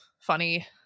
funny